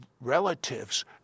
relatives